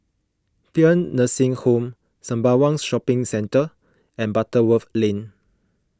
Paean Nursing Home Sembawang Shopping Centre and Butterworth Lane